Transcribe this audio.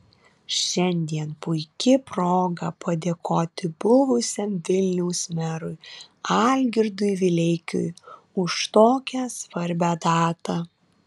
šiandien puiki proga padėkoti buvusiam vilniaus merui algirdui vileikiui už tokią svarbią datą